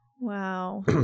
Wow